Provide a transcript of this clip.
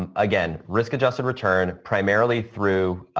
um again, risk adjusted return primarily through